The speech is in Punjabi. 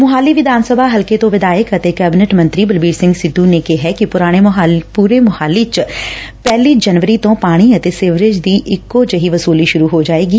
ਮੋਹਾਲੀ ਵਿਧਾਨ ਸਭਾ ਹਲਕੇ ਤੋਂ ਵਿਧਾਇਕ ਅਤੇ ਕੈਬਨਿਟ ਮੰਤਰੀ ਬਲਬੀਰ ਸਿੰਘ ਸਿੱਧੂ ਨੇ ਕਿਹੈ ਕਿ ਪੂਰੇ ਮੁਹਾਲੀ ਚ ਪਹਿਲੀ ਜਨਵਰੀ ਤੋਂ ਪਾਣੀ ਅਤੇ ਸੀਵਰੇਜ ਦੀ ਇਕੋ ਜਿਹੀ ਵਸੁਲੀ ਸੂਰੁ ਹੋ ਜਾਏਗੀ